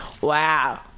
Wow